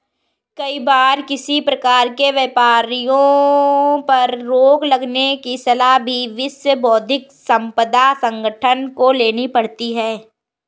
कई बार किसी प्रकार के व्यापारों पर रोक लगाने की सलाह भी विश्व बौद्धिक संपदा संगठन को लेनी पड़ती है